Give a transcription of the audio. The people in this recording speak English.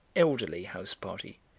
elderly house-party,